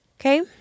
Okay